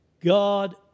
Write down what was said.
God